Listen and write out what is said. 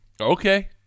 Okay